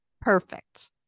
Perfect